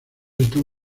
están